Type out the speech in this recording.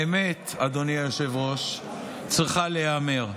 האמת, אדוני היושב-ראש, צריכה להיאמר.